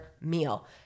meal